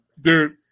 dude